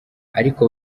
ariko